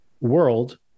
world